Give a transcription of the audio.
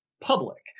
public